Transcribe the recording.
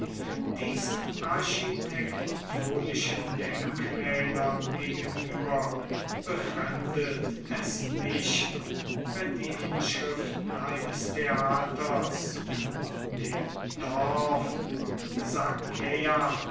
diesen architektonischen denkmälern gegenüber befremdet es nicht wenn die inschriften eines theaters in dem dorf